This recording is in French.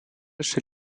chez